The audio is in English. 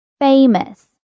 Famous